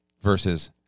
versus